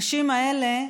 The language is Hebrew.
הנשים האלה,